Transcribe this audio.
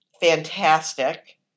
fantastic